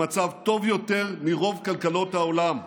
במצב טוב יותר מרוב כלכלות העולם.